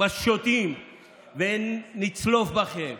בשוטים ונצלוף בכם,